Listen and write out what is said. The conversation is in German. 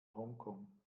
hongkong